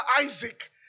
Isaac